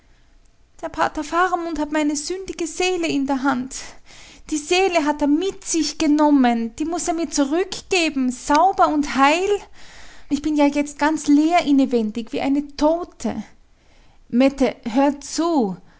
der pater faramund hat meine sündige seele in der hand die seele hat er mit sich genommen die muß er mir zurückgeben sauber und heil ich bin ja jetzt ganz leer innewendig wie eine tote mette hör zu